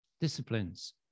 Disciplines